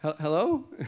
Hello